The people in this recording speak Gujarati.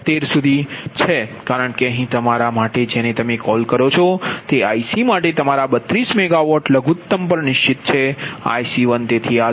76 સુધી છે કારણ કે અહીં તમારા માટે જેને તમે કોલ કરો છો તે IC માટે તમારા 32 મેગાવોટ લઘુત્તમ પર નિશ્ચિત છે IC1 તેથી આ આ લોડ માટે છે